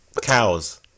Cows